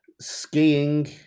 skiing